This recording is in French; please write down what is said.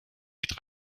être